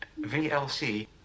VLC